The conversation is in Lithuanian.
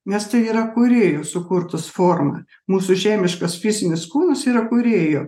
nes tai yra kūrėjo sukurtos forma mūsų žemiškas fizinis kūnas yra kūrėjo